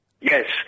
Yes